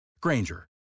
Granger